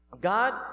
God